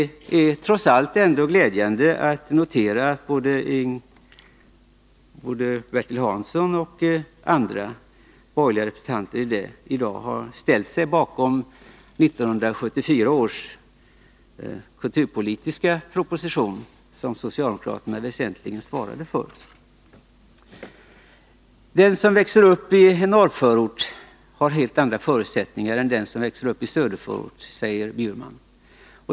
Det är trots allt glädjande att notera att både Bertil Hansson och andra borgerliga representanter i dag ställt sig bakom 1974 års kulturpolitiska proposition, som socialdemokraterna väsentligen svarade för. Den som växer upp i norrförort har helt andra förutsättningar än den som växer upp i söderförort, säger Eva Lis Bjurman.